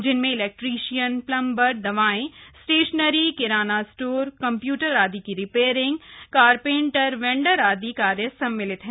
जिनमें electrician plumber दवाएं stationery किराना स्टोर कम्प्यूटर आदि की रिपेयरिंग कारपेंटर वेंडर आदि कार्य सम्मिलित है